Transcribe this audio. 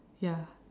ya